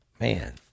Man